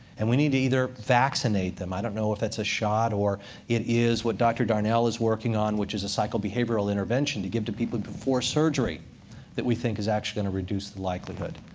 and we need either vaccinate them. i don't know if that's a shot, or it is what dr. darnall is working on, which is a psychobehavioral intervention to give to people before surgery that we think is actually going to reduce the likelihood.